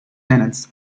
tenets